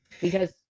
because-